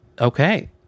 okay